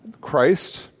Christ